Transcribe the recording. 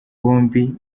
byombi